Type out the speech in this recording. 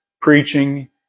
preaching